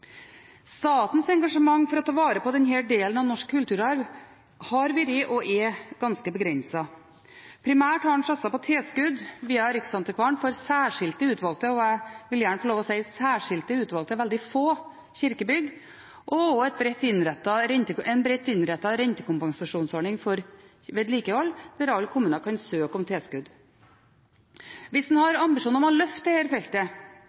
Statens engasjement for å ta vare på denne delen av norsk kulturarv har vært og er ganske begrenset. Primært har en satset på tilskudd via Riksantikvaren for særskilt utvalgte – og jeg vil gjerne få lov til å si særskilt utvalgte, veldig få – kirkebygg og også en bredt innrettet rentekompensasjonsordning for vedlikehold der alle kommuner kan søke om tilskudd. Hvis en har ambisjoner om å løfte dette feltet, er det